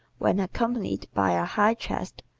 when accompanied by a high chest,